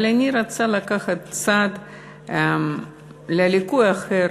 אבל אני רוצה לקחת צעד לליקוי אחר,